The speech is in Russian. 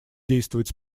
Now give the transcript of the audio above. действовать